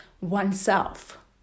oneself